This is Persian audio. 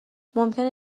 ممکنه